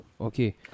Okay